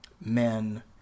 men